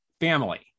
family